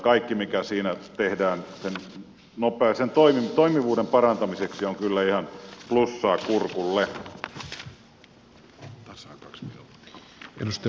kaikki mikä siinä tehdään sen toimivuuden parantamiseksi on kyllä ihan plussaa kurkulle